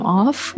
off